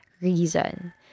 reason